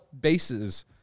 bases